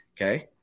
okay